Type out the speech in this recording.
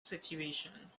situation